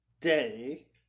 day